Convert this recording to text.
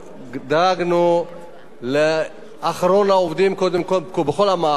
נתקבלה בקריאה שלישית ותיכנס לספר החוקים של מדינת ישראל.